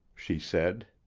she said.